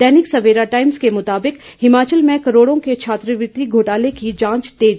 दैनिक Savera Times के मुताबिक हिमाचल में करोड़ों के छात्रवृति घोटाले की जांच तेज